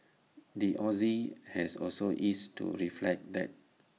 the Aussie has also eased to reflect that